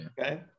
Okay